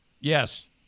Yes